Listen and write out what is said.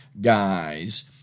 guys